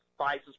spices